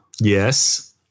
yes